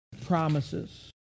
promises